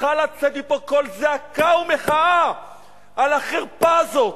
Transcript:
צריך לצאת מפה קול זעקה ומחאה על החרפה הזאת.